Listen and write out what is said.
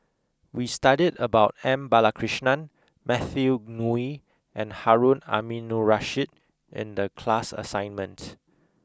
we studied about M Balakrishnan Matthew Ngui and Harun Aminurrashid in the class assignment